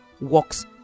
works